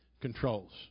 controls